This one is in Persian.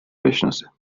بشناسه